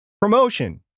promotion